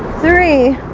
three